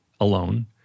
alone